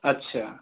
अच्छा